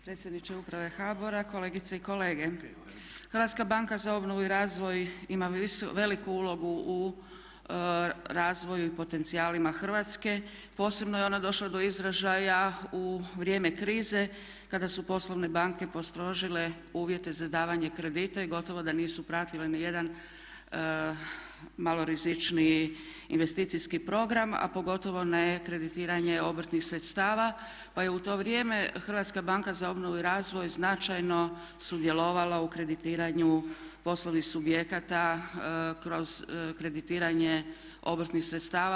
Predsjedniče uprav HBOR-a, kolegice i kolege Hrvatska banka za obnovu i razvoj ima veliku ulogu u razvoju i potencijalima Hrvatske, posebno je ona došla do izražaja u vrijeme krize kada su poslovne banke postrožile uvjete za davanje kredita i gotovo da nisu pratile ni jedan malo rizičniji investicijski program, a pogotovo ne kreditiranje obrtnih sredstava pa je u to vrijeme Hrvatska banka za obnovu i razvoj značajno sudjelovala u kreditiranju poslovnih subjekata kroz kreditiranje obrtnih sredstava.